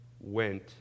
went